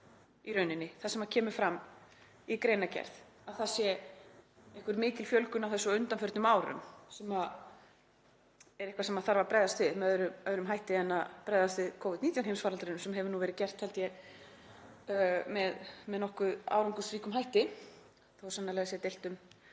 í rauninni sem kemur fram í greinargerð, að það sé einhver mikil fjölgun á þessu á undanförnum árum, sem sé eitthvað sem þurfi að bregðast við með öðrum hætti en að bregðast við Covid-19 heimsfaraldrinum, sem hefur nú verið gert, held ég, með nokkuð árangursríkum hætti, þótt sannarlega sé deilt um